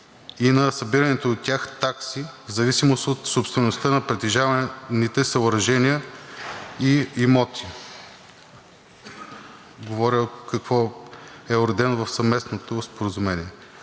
и на събираните от тях такси в зависимост от собствеността на притежаваните съоръжения и имоти. Говоря какво е уредено в съвместното споразумение.